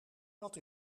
dat